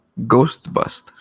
Ghostbust